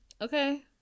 Okay